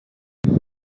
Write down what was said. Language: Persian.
اشکال